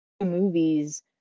movies